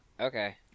Okay